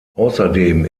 außerdem